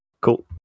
Cool